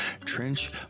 Trench